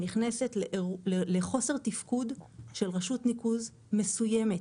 שנכנסת לחוסר תפקוד של רשות ניקוז מסוימת